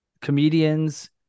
comedians